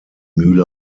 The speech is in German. mühle